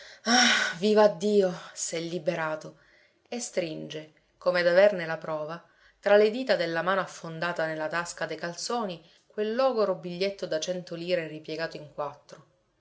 ah vivaddio s'è liberato e stringe come ad averne la prova tra le dita della mano affondata nella tasca dei calzoni quel logoro biglietto da cento lire ripiegato in quattro